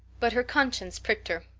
but her conscience pricked her.